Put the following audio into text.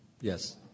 Yes